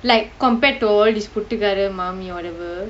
like compared to all these pottukaaramaami or whatever